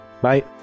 bye